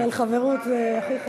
אבל חברות זה הכי חשוב.